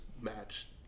match